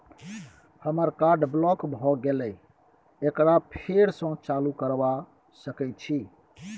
हमर card block भ गेले एकरा फेर स चालू करबा सके छि?